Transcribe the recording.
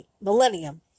millennium